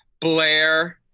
Blair